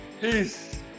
Peace